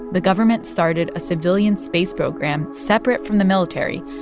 the government started a civilian space program, separate from the military,